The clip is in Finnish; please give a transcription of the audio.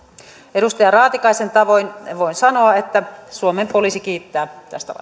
edustaja raatikaisen tavoin voin sanoa että suomen poliisi kiittää tästä